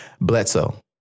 Bledsoe